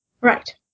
Right